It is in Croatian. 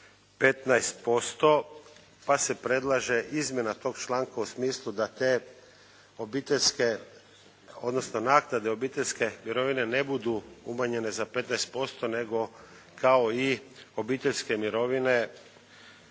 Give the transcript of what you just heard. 15%. Pa se predlaže izmjena tog članka u smislu da te obiteljske, odnosno naknade obiteljske mirovine ne budu umanjenje za 15% nego kao i obiteljske mirovine